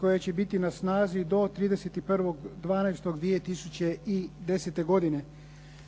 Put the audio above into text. koja će biti na snazi do 31.12.2010. godine.